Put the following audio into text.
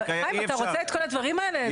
חיים, אתה רוצה את כל הדברים האלה?